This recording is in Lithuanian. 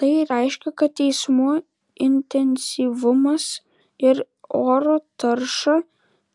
tai reiškia kad eismo intensyvumas ir oro tarša